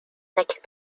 nick